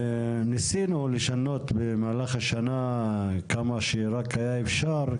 ניסינו לשנות במהלך השנה כמה שרק היה אפשר,